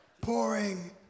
pouring